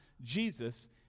Jesus